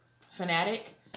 Fanatic